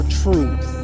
truth